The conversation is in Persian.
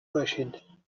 باشین